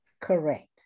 Correct